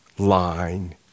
Line